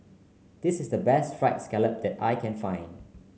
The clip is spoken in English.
this is the best fried scallop that I can find